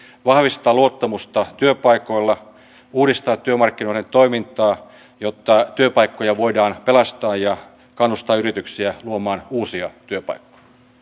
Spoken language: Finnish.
vahvistaa luottamusta työpaikoilla uudistaa työmarkkinoiden toimintaa jotta työpaikkoja voidaan pelastaa ja kannustaa yrityksiä luomaan uusia työpaikkoja